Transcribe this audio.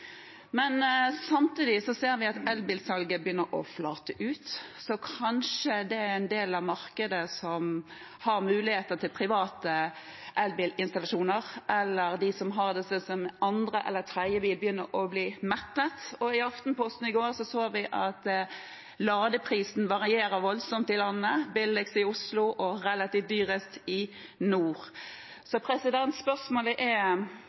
en del av markedet muligheter til private elbilinstallasjoner, eller de som har det som andre- eller tredjebil, begynner å bli mettet. I Aftenposten i går så vi at ladeprisen varierer voldsomt i landet – billigst i Oslo og relativt sett dyrest i nord. Spørsmålet er: